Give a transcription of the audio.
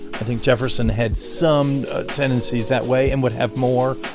i think jefferson had some tendencies that way and would have more.